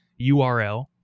URL